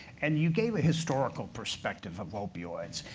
and you gave a historical perspective of opioids.